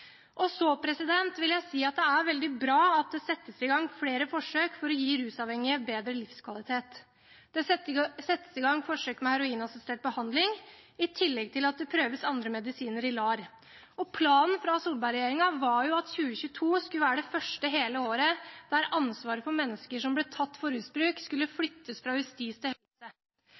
Så vil jeg si at det er veldig bra at det settes i gang flere forsøk for å gi rusavhengige bedre livskvalitet. Det settes i gang forsøk med heroinassistert behandling i tillegg til at det prøves andre medisiner i LAR. Planen fra Solberg-regjeringen var at 2022 skulle være det første hele året da ansvaret for mennesker som ble tatt for rusbruk, skulle flyttes fra justis til helse.